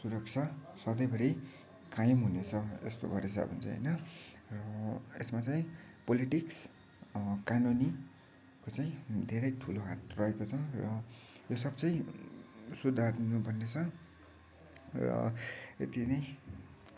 सुरक्षा सधैँभरि कायम हुने छ यस्तो गरेछ भने चाहिँ होइन र यसमा चाहिँ पोलिटिक्स कानुनीको चाहिँ धेरै ठुलो हात रहेको छ र यो सब चाहिँ सुधार्नु पर्ने छ र यति नै